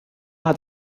hat